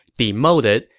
demoted,